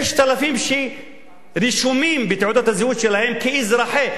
6,000 שרשומים בתעודת הזהות שלהם כאזרחים,